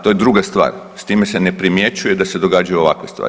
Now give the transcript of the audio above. To je druga stvar, s time se ne primjećuje da se događaju ovakve stvari.